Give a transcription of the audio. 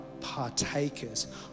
partakers